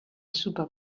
super